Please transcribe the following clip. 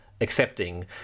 accepting